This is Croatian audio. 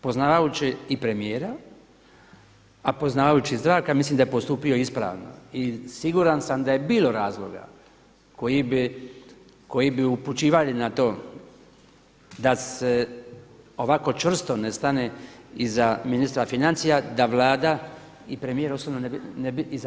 Poznavajući premijera, a poznavajući Zdravka mislim da je postupio ispravno i siguran sam da je bilo razloga koji bi upućivali na to da se ovako čvrsto ne stane iza ministra financija, da Vlada i premijer ne bi